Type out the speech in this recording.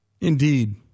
Indeed